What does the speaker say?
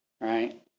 right